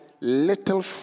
little